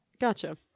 Gotcha